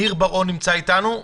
ניר בר-און נמצא איתנו?